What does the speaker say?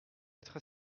être